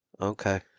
Okay